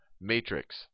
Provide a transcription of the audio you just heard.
matrix